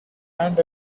and